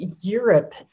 Europe